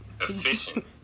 Efficient